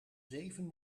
zeven